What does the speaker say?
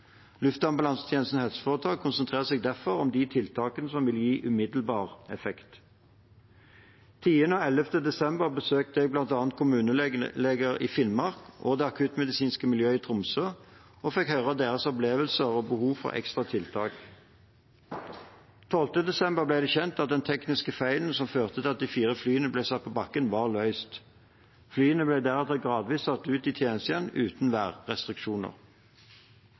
Luftambulansetjenesten HF konsentrerte seg derfor om de tiltakene som ville gi umiddelbar effekt. Den 10. og 11. desember besøkte jeg bl.a. kommuneleger i Finnmark og det akuttmedisinske miljøet i Tromsø, og fikk høre deres opplevelser og behov for ekstra tiltak. Den 12. desember ble det kjent at den tekniske feilen som førte til at de fire flyene ble satt på bakken, var løst. Flyene ble deretter gradvis satt ut i tjeneste igjen, uten værrestriksjoner.